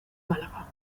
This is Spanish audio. málaga